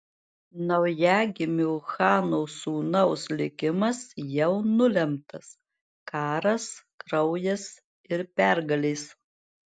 naujagimio chano sūnaus likimas jau nulemtas karas kraujas ir pergalės